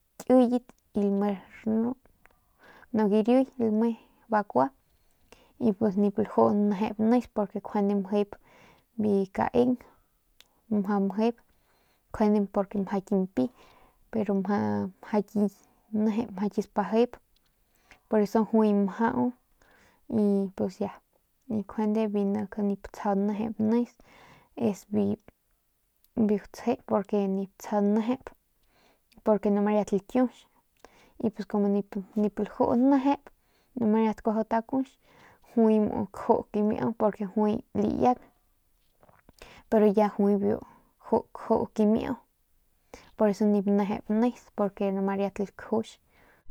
Ki kiyat y lame rnu y garuy lame bakua y pus nip lajuu nejep nis porque njuande mjep biu kaeng mjau mjep njuande porque mjau ki mpi pero mjau ki nejep mjau ki spajep y poreso juay mjau pues ya y njuande bi nik nip tsjau nejep nis es biu gutsje porque nip tsjau nejep porque noma riat lakiuch y como nip laju nejep noma kuaju takuch juay muu kajiu kamiau porque juay laiaung y pero juay biu kaju kamiau poreso nip nejep nis porque nomas riat lakjux.